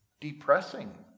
depressing